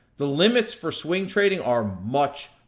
the limits for swing trading are much,